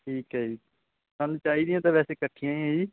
ਠੀਕ ਹੈ ਜੀ ਸਾਨੂੰ ਚਾਹੀਦੀਆਂ ਤਾਂ ਵੈਸੇ ਇਕੱਠੀਆਂ ਹੀ ਹੈ ਜੀ